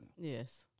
Yes